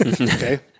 Okay